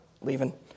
leaving